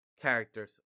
characters